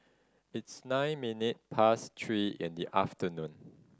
its nine minute past three in the afternoon